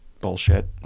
bullshit